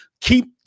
Keep